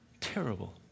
Terrible